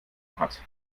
hat